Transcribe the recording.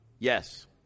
Yes